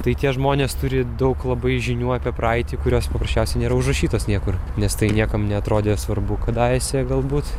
tai tie žmonės turi daug labai žinių apie praeitį kurios paprasčiausiai nėra užrašytos niekur nes tai niekam neatrodė svarbu kadaise galbūt